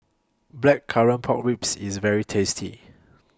Blackcurrant Pork Ribs IS very tasty